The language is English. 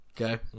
okay